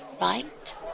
right